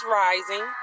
rising